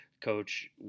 coach